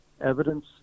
evidence